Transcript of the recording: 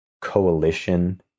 coalition